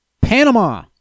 Panama